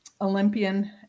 Olympian